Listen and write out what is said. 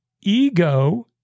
ego